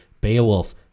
Beowulf